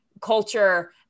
culture